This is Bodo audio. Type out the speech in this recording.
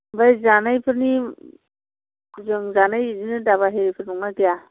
ओमफ्राय जानायफोरनि जों जानाय बिदिनो धाबा आरिफोर दंना गैया